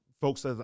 folks